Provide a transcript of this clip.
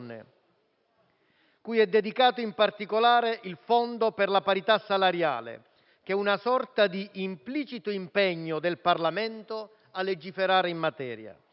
cui è dedicato in particolare il fondo per la parità salariale che è una sorta di implicito impegno del Parlamento a legiferare in materia.